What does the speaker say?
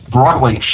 Broadway